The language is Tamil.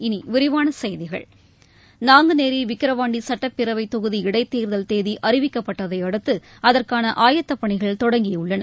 இனி விரிவான செய்திகள் நாங்குநேரி விக்கிரவாண்டி சட்டப்பேரவைத் தொகுதி இடைத் தேர்தல் தேதி அறிவிக்கப்பட்டதை அடுத்து அதற்கான ஆயத்தப்பணிகள் தொடங்கியுள்ளன